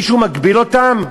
מישהו מגביל אותם?